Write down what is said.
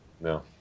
No